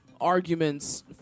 arguments